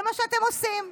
זה מה שאתם עושים,